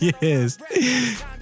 Yes